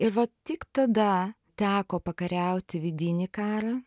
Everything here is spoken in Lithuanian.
ir va tik tada teko pakariauti vidinį karą